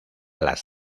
las